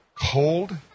cold